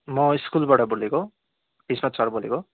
म स्कुलबाट बोलेको किस्मत सर बोलेको